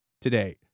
today